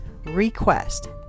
request